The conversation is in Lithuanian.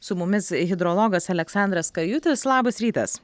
su mumis hidrologas aleksandras kajutis labas rytas